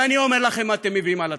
ואני אומר לכם: אתם מביאים על עצמכם.